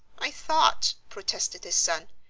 i thought, protested his son,